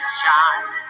shine